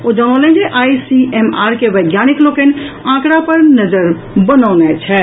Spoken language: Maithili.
ओ जनौलनि जे आईसीएमआर के वैज्ञानिक लोकनिक आंकड़ा पर नजरि बनौने छथि